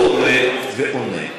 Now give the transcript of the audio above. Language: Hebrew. הוא עומד ועונה.